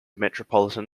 metropolitan